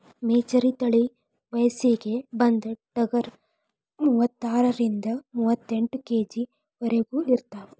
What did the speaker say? ಮೆಚರಿ ತಳಿ ವಯಸ್ಸಿಗೆ ಬಂದ ಟಗರ ಮೂವತ್ತಾರರಿಂದ ಮೂವತ್ತೆಂಟ ಕೆ.ಜಿ ವರೆಗು ಇರತಾವ